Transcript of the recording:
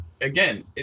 again